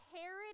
Herod